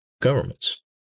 governments